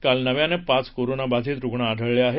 काल नव्यान पाच कोरोना बाधित रुग्ण आढा ले आहेत